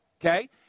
okay